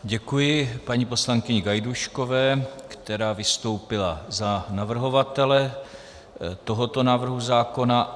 Děkuji paní poslankyni Gajdůškové, která vystoupila za navrhovatele tohoto návrhu zákona.